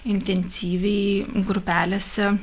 intensyviai grupelėse